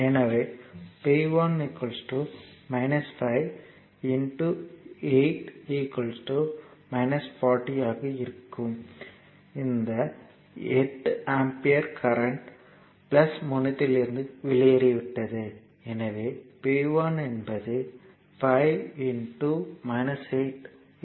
எனவே P 1 5 8 40 ஆக இருக்கும் அந்த 8 ஆம்பியர் கரண்ட் முனையத்திலிருந்து வெளியேறிவிட்டது எனவே P1 என்பது 5 8 40 ஆக இருக்கும்